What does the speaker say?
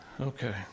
Okay